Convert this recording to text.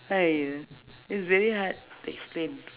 !haiya! it's very hard to explain